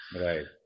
right